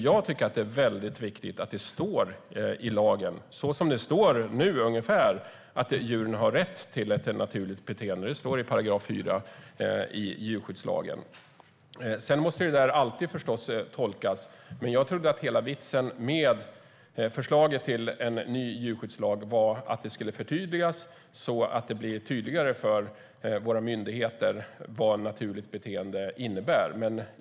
Jag tycker att det väldigt viktigt att det står ungefär detsamma i den nya lagen som det står i § 4 i nuvarande djurskyddslag: Djuren har rätt till ett naturligt beteende. Detta måste förstås alltid tolkas, men jag trodde att hela vitsen med förslaget till ny djurskyddslag var att det här skulle förtydligas så att det blir tydligare för våra myndigheter vad naturligt beteende innebär.